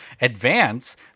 advance